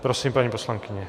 Prosím, paní poslankyně.